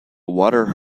water